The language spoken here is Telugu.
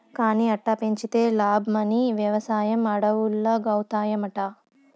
కానీ అట్టా పెంచితే లాబ్మని, వెవసాయం అడవుల్లాగౌతాయంట